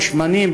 בשמנים,